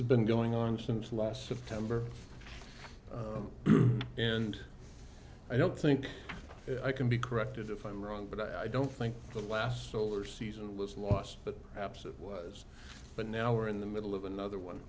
has been going on since last september and i don't think i can be corrected if i'm wrong but i don't think the last solar season was lost but perhaps it was but now we're in the middle of another one